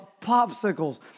popsicles